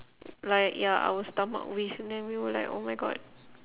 like ya our stomach waist and then we were like oh my god